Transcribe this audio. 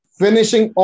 finishing